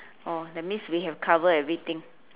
orh that means we have covered everything